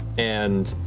and